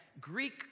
Greek